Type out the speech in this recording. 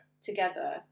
together